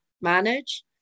manage